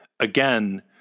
Again